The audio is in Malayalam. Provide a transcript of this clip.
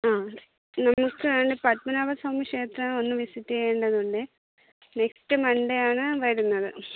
ആ നമുക്കാണെങ്കിൽ പദ്മനാഭസ്വാമി ക്ഷേത്രമൊന്നു വിസിറ്റ് ചെയ്യേണ്ടതുണ്ട് നെക്സ്റ്റ് മണ്ടേയാണ് വരുന്നത്